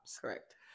Correct